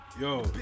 Yo